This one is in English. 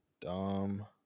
dom